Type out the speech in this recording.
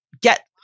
get